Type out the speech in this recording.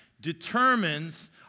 determines